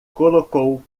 colocou